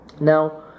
Now